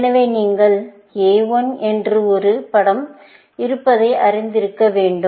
எனவே நீங்கள் A I என்று ஒரு படம் இருப்பதை அறிந்திருக்க வேண்டும்